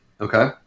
okay